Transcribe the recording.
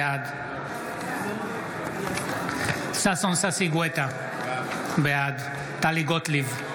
בעד ששון ששי גואטה, בעד טלי גוטליב,